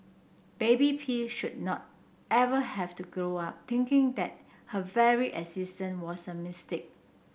baby P should not ever have to grow up thinking that her very existence was a mistake